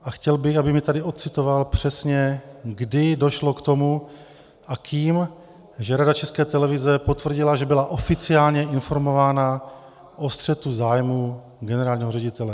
A chtěl bych, aby mi tady odcitoval přesně, kdy došlo k tomu a kým, že Rada České televize potvrdila, že byla oficiálně informována o střetu zájmů generálního ředitele.